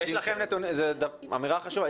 זו אמירה חשובה.